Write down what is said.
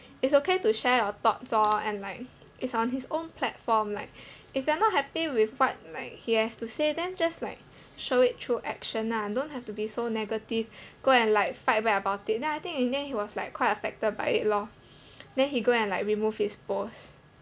it's okay to share your thoughts lor and like it's on his own platform like if you're not happy with what like he has to say then just like show it through action lah don't have to be so negative go and like fight back about it then I think in the end he was like quite affected about it lor then he go and like remove his post